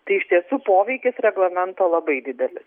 tai iš tiesų poveikis reglamento labai dideli